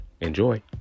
Enjoy